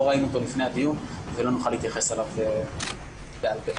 לא ראינו אותו לפני הדיון ולא נוכל להתייחס אליו בעל פה.